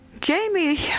Jamie